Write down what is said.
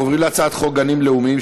אנחנו עוברים להצעת חוק גנים לאומיים,